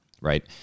right